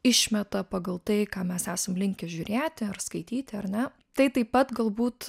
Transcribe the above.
išmeta pagal tai ką mes esam linkę žiūrėti ar skaityti ar ne tai taip pat galbūt